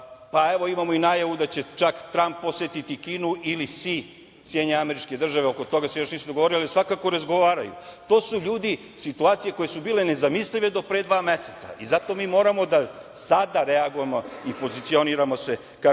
pa imamo i najavu da će čak Tramp posetiti Kinu ili Si SAD, oko toga se još nisu dogovorili, ali svakako razgovaraju. To su, ljudi, situacije koje su bile nezamislive do pre dva meseca. Zato mi moramo sada da reagujemo i pozicioniramo se kako